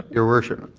ah your worship,